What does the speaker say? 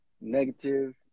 negative